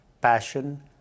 passion